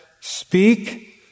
Speak